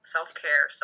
Self-care